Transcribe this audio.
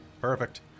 Perfect